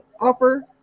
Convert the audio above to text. offer